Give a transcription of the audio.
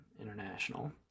International